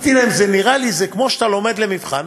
אמרתי להם: נראה לי שזה כמו שאתה לומד למבחן,